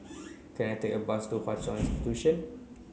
can I take a bus to Hwa Chong Institution